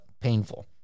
painful